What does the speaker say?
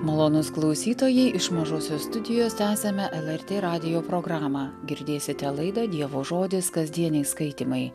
malonūs klausytojai iš mažosios studijos tęsiame lrt radijo programą girdėsite laida dievo žodis kasdieniai skaitymai